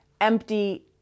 empty